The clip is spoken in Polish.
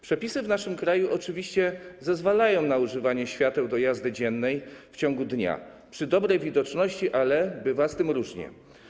Przepisy w naszym kraju oczywiście zezwalają na używanie świateł do jazdy dziennej w ciągu dnia przy dobrej widoczności, ale bywa z tym różnie.